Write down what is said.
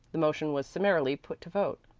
the motion was summarily put to vote,